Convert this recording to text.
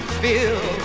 feel